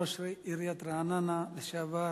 ראש עיריית רעננה לשעבר,